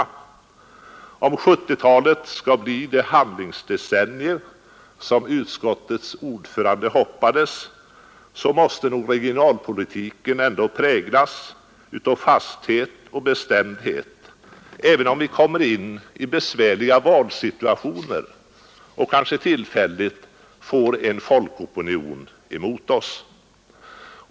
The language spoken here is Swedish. Om 1970-talet skall bli det handlingsdecennium som utskottets ordförande hoppades på måste regionalpolitiken präglas av fasthet och bestämdhet, även om vi kommer in i besvärliga valsituationer och kanske tillfälligt får en folkopinion emot oss.